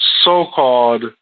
so-called